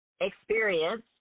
Experience